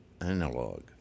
analog